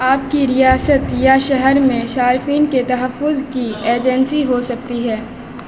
آپ کی ریاست یا شہر میں صارفین کے تحفظ کی ایجنسی ہو سکتی ہے